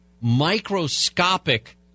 microscopic